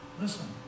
Listen